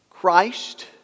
Christ